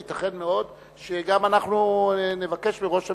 ייתכן מאוד שגם אנחנו נבקש מראש הממשלה,